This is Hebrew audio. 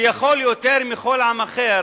שיכול יותר מכל עם אחר